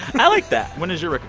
i like that. when is your